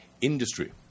industry